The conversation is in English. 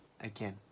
again